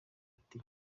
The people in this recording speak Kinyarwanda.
ati